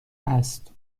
است